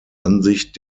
ansicht